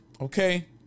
Okay